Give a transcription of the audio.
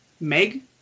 Meg